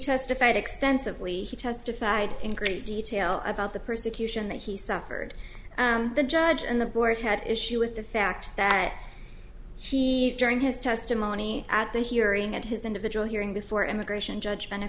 testified extensively he testified in great detail about the persecution that he suffered the judge and the board had issue with the fact that she during his testimony at the hearing at his individual hearing before immigration judg